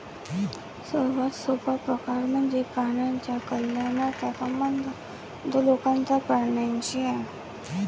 सर्वात सोपा प्रकार म्हणजे प्राण्यांच्या कल्याणाचा संबंध जो लोकांचा प्राण्यांशी आहे